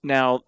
Now